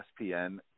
ESPN